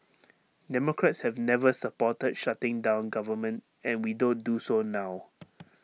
democrats have never supported shutting down government and we don't do so now